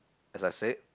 as I said